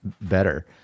better